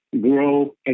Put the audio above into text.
grow